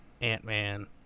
Ant-Man